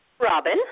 Robin